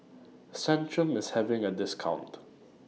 Centrum IS having A discount